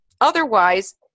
Otherwise